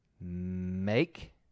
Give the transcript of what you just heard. Make